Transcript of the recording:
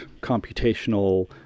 computational